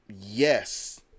Yes